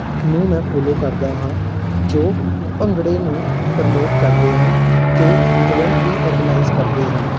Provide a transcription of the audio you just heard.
ਨੂੰ ਮੈਂ ਫੋਲੋ ਕਰਦਾ ਹਾਂ ਜੋ ਭੰਗੜੇ ਨੂੰ ਪ੍ਰੋਮੋਟ ਕਰਦੇ ਹਨ ਅਤੇ ਇਵੈਂਟ ਵੀ ਔਰਗੇਨਾਈਜ਼ ਕਰਦੇ ਹਨ